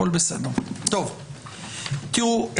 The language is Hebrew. תראו,